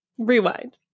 rewind